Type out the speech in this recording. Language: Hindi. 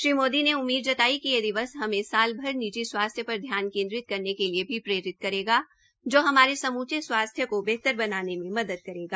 श्री मोदी ने उम्मीद जताई कि यह दिवस हमें साल भर निजी स्वास्थ्य पर ध्यान केन्द्रित करने के लिए भी प्रेरित करेगा जो हमारे समूचे स्वास्थ्य को बेहतर बनाने में मदद करेगा